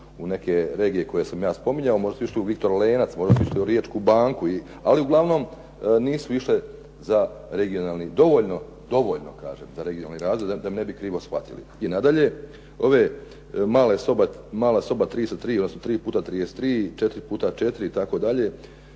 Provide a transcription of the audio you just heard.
u neke regije koje sam ja spominjao, možda su išli u "Viktor Lenac", možda su išli u "Riječku banku", ali uglavnom nisu išle za regionalni, dovoljno, dovoljno kažem za regionalni razvoj da me ne bi krivo shvatili. I nadalje ove mala soba 3 sa 3, odnosno